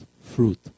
fruit